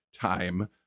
time